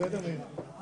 הישיבה ננעלה בשעה